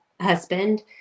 husband